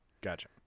Gotcha